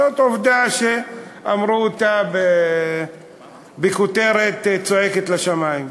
זאת עובדה שאמרו אותה בכותרת צועקת לשמים.